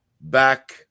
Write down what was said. Back